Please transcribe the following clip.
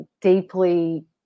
deeply